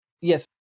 Yes